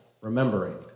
remembering